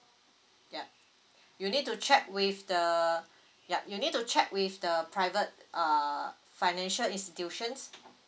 ya you need to check with the yup you need to check with the private uh financial institutions